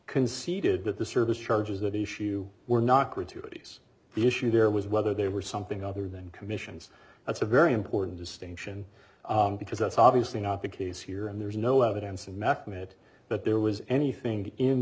conceded that the service charges that issue were not gratuitous the issue there was whether they were something other than commissions that's a very important distinction because that's obviously not the case here and there's no evidence of next minute but there was anything in